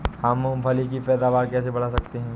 हम मूंगफली की पैदावार कैसे बढ़ा सकते हैं?